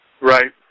Right